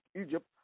Egypt